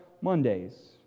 Mondays